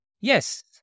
Yes